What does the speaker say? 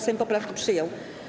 Sejm poprawki przyjął.